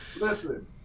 listen